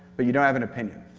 but you don't have an opinion.